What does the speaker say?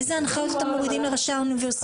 אילו הנחיות אתם מורידים לראשי האוניברסיטאות?